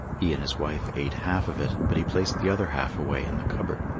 he and his wife ate half of it, but he placed the other half away in the cup-board.